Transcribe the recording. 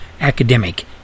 academic